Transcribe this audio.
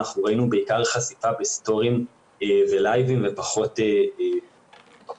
אנחנו ראינו בעיקר חשיפה בסטורים ולייבים ופחות בפוסטים.